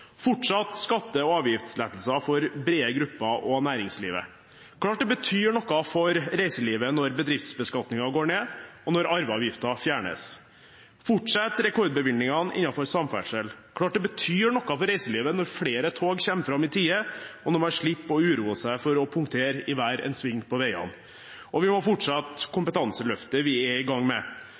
skatte- og avgiftslettelser for brede grupper og næringslivet – klart det betyr noe for reiselivet når bedriftsbeskatningen går ned, og når arveavgiften fjernes fortsette rekordbevilgningene innenfor samferdsel – klart det betyr noe for reiselivet når flere tog kommer fram i tide, og når man slipper å uroe seg for å punktere i hver en sving på veiene fortsette kompetanseløftet vi er i gang med